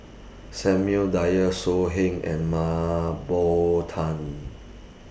Samuel Dyer So Heng and Mah Bow Tan